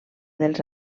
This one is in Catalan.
dels